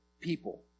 people